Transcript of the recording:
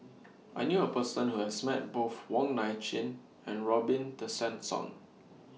I knew A Person Who has Met Both Wong Nai Chin and Robin Tessensohn